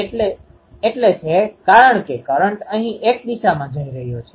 તે સૂત્ર આપણે જોયું છે કે નહી એ હું જાણતો નથી